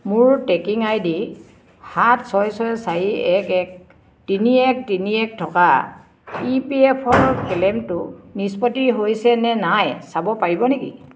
মোৰ tracking ID সাত ছয় ছয় চাৰি এক এক তিনি এক তিনি এক থকা ই পি এফ অ' ক্লেইমটো নিষ্পত্তি হৈছে নে নাই চাব পাৰিব নেকি